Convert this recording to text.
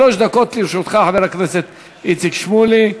שלוש דקות לרשותך, חבר הכנסת איציק שמולי.